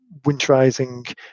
winterizing